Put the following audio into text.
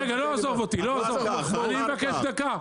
רגע, לא עזוב אותי, אני מבקש דקה.